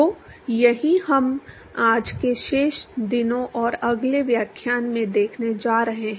तो यही हम आज के शेष दिनों और अगले व्याख्यान में देखने जा रहे हैं